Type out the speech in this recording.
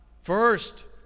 first